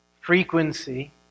Frequency